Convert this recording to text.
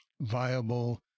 viable